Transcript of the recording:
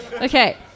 Okay